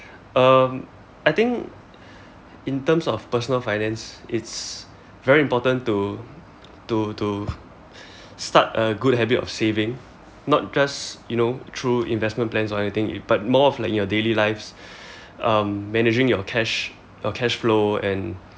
um I think in terms of personal finance it's very important to to to start a good habit of saving not just you know through investment plans or anything but more of your daily lives mm managing your cash your cash flow and